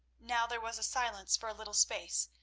now there was silence for a little space,